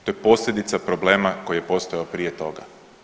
To je posljedica problema koji je postojao prije toga.